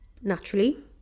naturally